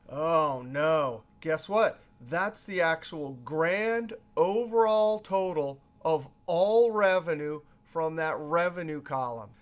oh no, guess what? that's the actual grand overall total of all revenue from that revenue column.